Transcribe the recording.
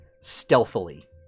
stealthily